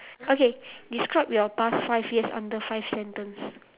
okay describe your past five years under five sentence